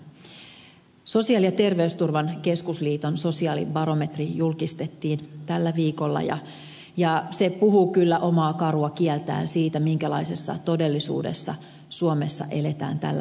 sosiaali ja terveysturvan keskusliiton sosiaalibarometri julkistettiin tällä viikolla ja se puhuu kyllä omaa karua kieltään siitä minkälaisessa todellisuudessa suomessa eletään tällä hetkellä